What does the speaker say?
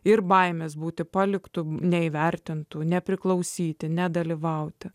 ir baimės būti paliktu neįvertintu nepriklausyti nedalyvauti